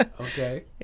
okay